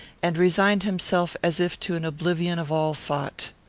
and resigned himself as if to an oblivion of all thought.